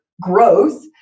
growth